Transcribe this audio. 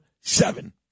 seven